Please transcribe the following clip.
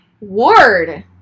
Ward